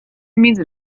میز